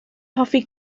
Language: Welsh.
hoffi